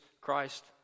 Christ